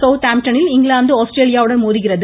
south ஆம்டனில் England ஆஸ்திரேலியாவுடன் மோதுகிறது